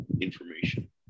information